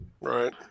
Right